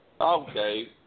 Okay